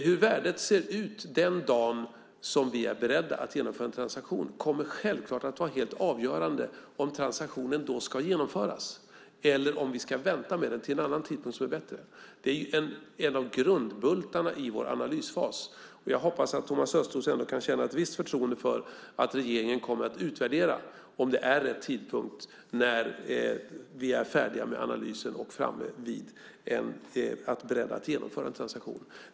Hur värdet ser ut den dagen vi är beredda att genomföra en transaktion kommer självfallet att vara helt avgörande för om transaktionen då ska genomföras eller om vi ska vänta med den till en annan tidpunkt som är bättre. Det är en av grundbultarna i vår analysfas. Jag hoppas att Thomas Östros ändå kan känna ett visst förtroende för att regeringen kommer att utvärdera om det är rätt tidpunkt när vi är färdiga med analysen och framme vid och beredda att genomföra en transaktion.